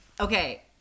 Okay